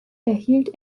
erhielt